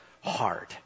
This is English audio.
hard